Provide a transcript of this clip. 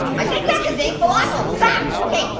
i think that's his name, falafel, stop! okay,